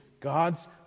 God's